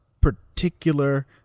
particular